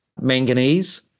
manganese